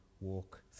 walk